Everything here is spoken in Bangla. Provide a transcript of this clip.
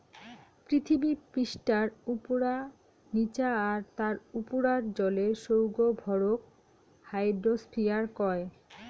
পিথীবি পিষ্ঠার উপুরা, নিচা আর তার উপুরার জলের সৌগ ভরক হাইড্রোস্ফিয়ার কয়